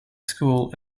school